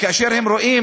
וכאשר הן רואות,